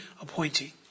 appointing